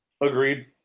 Agreed